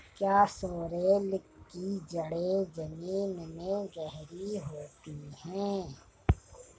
क्या सोरेल की जड़ें जमीन में गहरी होती हैं?